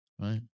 right